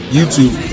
YouTube